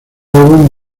álbum